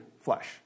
flesh